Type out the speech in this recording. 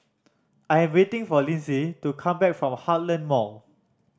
I'm waiting for Lindsay to come back from Heartland Mall